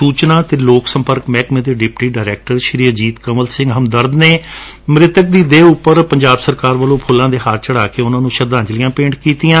ਸੁਚਨਾ ਅਤੇ ਲੋਕ ਸੰਪਰਕ ਮਹਿਕਮੇ ਦੇ ਡਿਪਟੀ ਡਾਇਰੈਕਟਰ ਅਜੀਵ ਕੰਵਲ ਸਿੰਘ ਹਮਦਰਦ ਨੇ ਮ੍ਰਿਤਕ ਦੀ ਦੇਹ ਉਪਰ ਪੰਜਾਬ ਸਰਕਾਰ ਵੱਲੋਂ ਫੁਲਾਂ ਦੇ ਹਾਰ ਚੜਾ ਕੇ ਉਨੂਾਂ ਨੂੰ ਸ਼ਰਧਾਂਜਲੀਆਂ ਭੇਂਟ ਕੀਤੀਆਂ